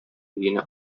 өенә